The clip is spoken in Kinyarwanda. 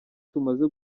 tumaze